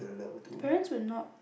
the parents were not